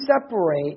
separate